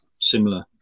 similar